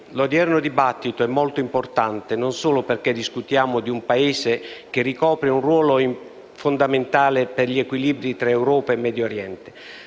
l'odierno dibattito é molto importante, e non solo perché discutiamo di un Paese che ricopre un ruolo fondamentale per gli equilibri tra Europa e Medio Oriente,